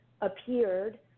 appeared